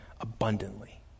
abundantly